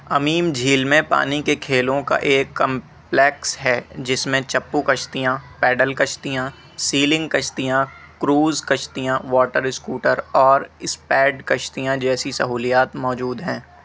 امیم جھیل میں پانی کے کھیلوں کا ایک کمپلیکس ہے جس میں چپو کشتیاں پیڈل کشتیاں سیلنگ کشتیاں کروز کشتیاں واٹر اسکوٹر اور اسپیڈ کشتیاں جیسی سہولیات موجود ہیں